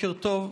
בוקר טוב.